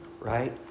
right